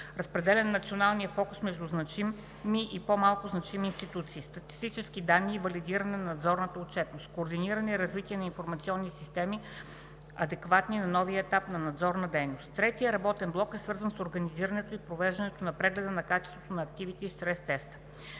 разпределяне на надзорния фокус между значими и по-малко значими институции; - статистически данни и валидиране на надзорната отчетност; - координиране и развитие на информационни системи, адекватни на новия етап на надзорна дейност. Третият работен блок е свързан с организирането и провеждането на прегледа на качеството на активите и стрес теста.